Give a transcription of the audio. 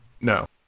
No